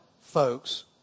folks